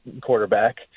quarterback